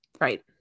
Right